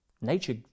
Nature